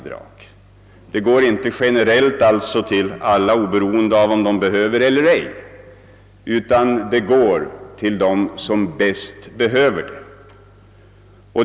Det utgår inte generellt till alla, oberoende av om de behöver det eller ej, utan det utgår till dem som bäst behöver det.